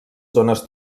zones